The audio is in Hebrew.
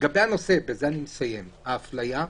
לגבי ההפליה,